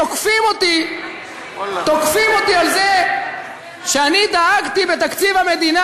תוקפים אותי על זה שאני דאגתי בתקציב המדינה